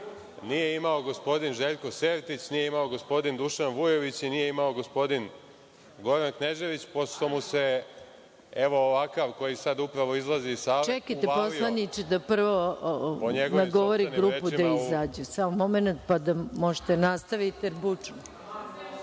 nije imao gospodin Željko Sertić, nije imao gospodin Dušan Vujović i nije imao gospodin Goran Knežević, pošto mu se ovakav koji sad upravo izlazi iz sale uvalio… **Maja Gojković** Čekajte poslaniče da prvo nagovori grupu da izađu. Samo momenat, pa da možete nastaviti, jer je bučno.